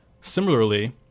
similarly